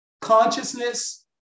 Consciousness